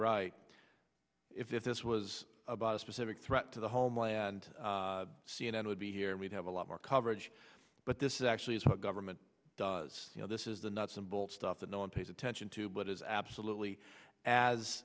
right if if this was about a specific threat to the homeland c n n would be here and we'd have a lot more coverage but this is actually is what government does you know this is the nuts and bolts stuff that no one pays attention to but is absolutely as